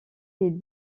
les